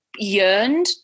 yearned